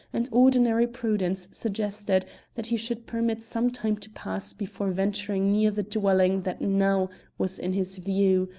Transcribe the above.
and ordinary prudence suggested that he should permit some time to pass before venturing near the dwelling that now was in his view,